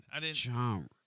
genre